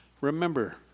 Remember